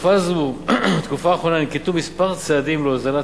בתקופה האחרונה ננקטו צעדים מספר להוזלת